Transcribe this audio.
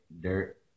dirt